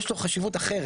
יש לו חשיבות אחרת,